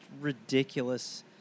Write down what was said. ridiculous